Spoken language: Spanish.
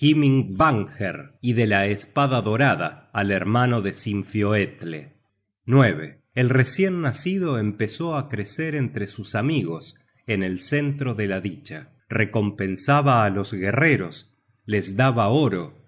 y de la espada dorada al hermano de sinfioetle el recien nacido empezó á crecer entre sus amigos en el centro de la dicha recompensaba á los guerreros los daba oro